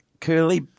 Curly